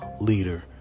leader